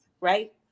right